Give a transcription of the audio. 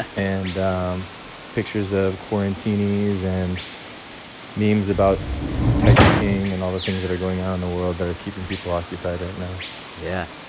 and pictures of quarantinis and memes about tiger king and all the things that are going on in the world that are keeping people occupied right now yeah.